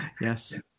Yes